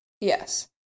yes